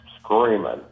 screaming